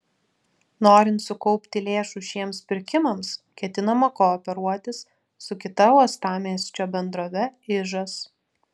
norint sukaupti lėšų šiems pirkimams ketinama kooperuotis su kita uostamiesčio bendrove ižas